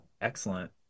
excellent